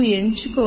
నువ్వు ఎంచుకో